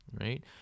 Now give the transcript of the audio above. Right